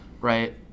Right